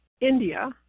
India